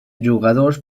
jugadors